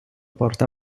porta